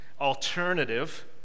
alternative